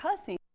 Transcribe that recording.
cussing